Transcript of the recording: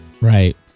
Right